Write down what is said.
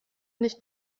nicht